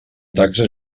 taxa